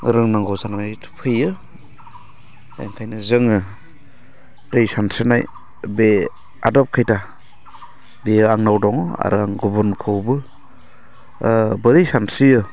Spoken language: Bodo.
रोंनांगौ जानानै फैयो ओंखायनो जोङो दै सानस्रिनाय बे आदब खायदा बेयो आंनाव दङ आरो आं गुबुनखौबो बोरै सानस्रियो